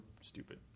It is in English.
stupid